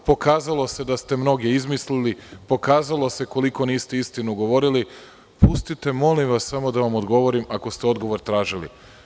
Pokazalo se da ste mnoge izmislili, pokazalo se koliko niste istinu govorili, pustite, molim vas, samo da vam odgovorim, ako ste odgovor tražili.